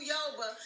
Yoba